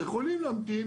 שיכולים להמתין.